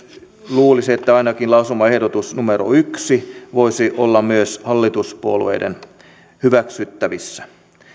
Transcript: luulisi ainakin että lausumaehdotus numero yksi voisi olla myös hallituspuolueiden hyväksyttävissä